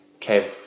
Kev